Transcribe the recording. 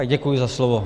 Děkuji za slovo.